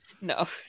No